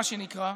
מה שנקרא,